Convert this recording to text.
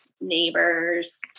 neighbors